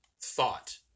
thought